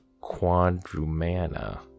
quadrumana